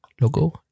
Logo